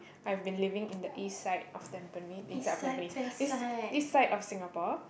I've been living in the east side of tampines east side of tampines east east side of Singapore